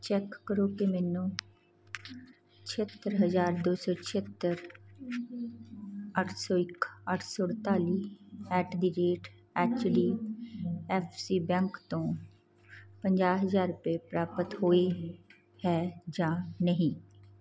check ਕਰੋ ਕਿ ਮੈਨੂੰ ਛਿਹੱਤਰ ਹਜ਼ਾਰ ਦੋ ਸੌ ਛਿਹੱਤਰ ਅੱਠ ਸੌ ਇੱਕ ਅੱਠ ਸੌ ਅਠਤਾਲੀ at the rate H D F C bank ਤੋਂ ਪੰਜਾਹ ਹਜ਼ਾਰ ਰੁਪਏ ਪ੍ਰਾਪਤ ਹੋਏ ਹੈ ਜਾਂ ਨਹੀਂ